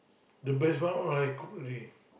the best one not I cook already